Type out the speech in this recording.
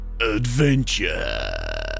adventure